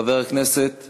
חבר הכנסת